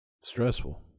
Stressful